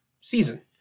season